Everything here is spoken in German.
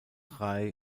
rey